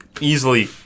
easily